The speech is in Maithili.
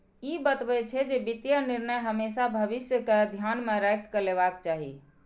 ई बतबै छै, जे वित्तीय निर्णय हमेशा भविष्य कें ध्यान मे राखि कें लेबाक चाही